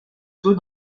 tôt